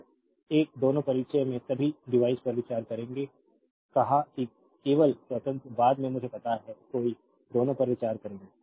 तो एक दोनों परिचय में सभी डिवाइस पर विचार करेंगे कहा कि केवल स्वतंत्र बाद में मुझे पता है कोई दोनों पर विचार करेंगे